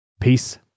Peace